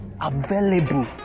available